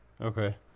Okay